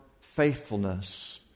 faithfulness